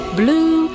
blue